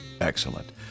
excellent